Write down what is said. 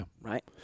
Right